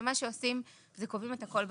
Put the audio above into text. מה שעושים, קובעים את הכול בחקיקה.